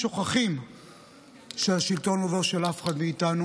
שוכחים עם הזמן שהשלטון הוא לא של אף אחד מאיתנו,